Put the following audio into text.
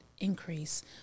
increase